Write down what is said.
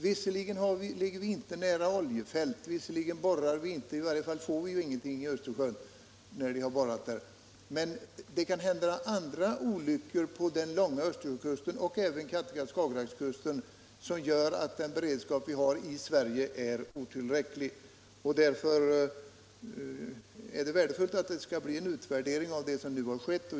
Visserligen ligger vi inte alldeles nära oljefält och visserligen borrar vi inte efter olja — i varje fall har vi ju inte fått någon olja i Östersjön, när vi har borrat där — men det kan ju inträffa andra olyckor längs den långa Östersjökusten, och även på Kattegatt och Skagerackkusten, vilka gör att den beredskap vi har i Sverige är otillräcklig. Därför är det värdefullt att det skall göras en utvärdering av vad som nu har inträffat.